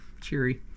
Cheery